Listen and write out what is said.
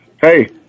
Hey